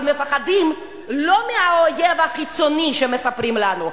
אבל מפחדים לא מהאויב החיצוני שמספרים לנו,